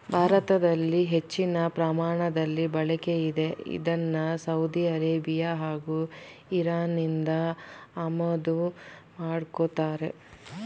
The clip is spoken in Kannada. ಭಾರತದಲ್ಲಿ ಹೆಚ್ಚಿನ ಪ್ರಮಾಣದಲ್ಲಿ ಬಳಕೆಯಿದೆ ಇದ್ನ ಸೌದಿ ಅರೇಬಿಯಾ ಹಾಗೂ ಇರಾನ್ನಿಂದ ಆಮದು ಮಾಡ್ಕೋತಾರೆ